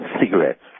cigarettes